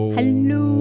Hello